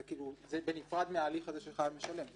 זה בנפרד מההליך של חייב משלם.